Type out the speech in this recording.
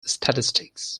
statistics